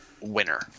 winner